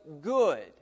good